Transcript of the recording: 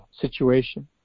situation